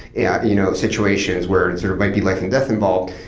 yeah you know situations where it sort of might be life and death involved,